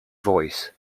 voice